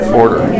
order